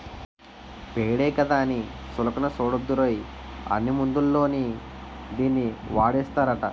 పేడే కదా అని సులకన సూడకూడదురోయ్, అన్ని మందుల్లోని దీన్నీ వాడేస్తారట